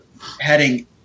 heading